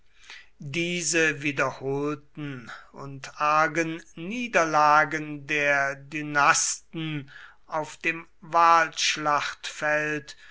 diese wiederholten und argen niederlagen der dynasten auf dem